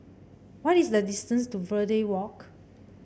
what is the distance to Verde Walk